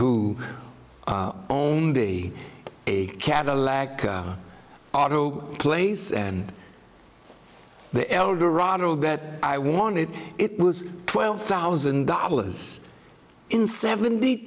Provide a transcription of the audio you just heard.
who own be a cadillac auto place and the eldorado that i wanted it was twelve thousand dollars in seventy